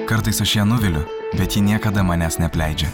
kartais aš ją nuviliu bet ji niekada manęs neapleidžia